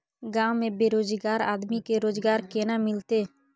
गांव में बेरोजगार आदमी के रोजगार केना मिलते?